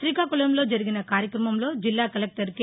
శ్రీకాకుకంలో జరిగిన కార్యక్రమంలో జిల్లా కలెక్టర్ కె